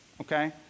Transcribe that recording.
okay